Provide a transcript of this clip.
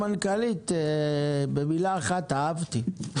המנכ"לית, במילה אחת: אהבתי.